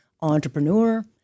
Entrepreneur